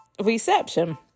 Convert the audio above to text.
reception